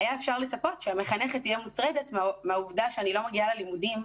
היה אפשר לצפות שהמחנכת תהיה מוטרדת מהעובדה שאני לא מגיעה ללימודים,